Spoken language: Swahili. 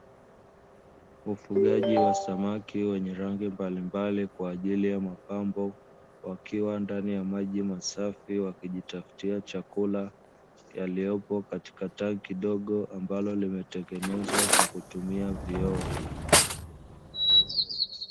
Ufugaji wa samaki, wenye rangi mbalimbali kwa ajili ya mapambo, wakiwa ndani ya maji masafi wakijitafutia chakula, yaliyopo katika tanki ndogo ambalo limetengenezwa kwa kutumia vioo.